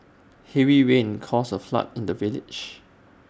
heavy rains caused A flood in the village